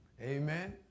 Amen